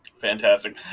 Fantastic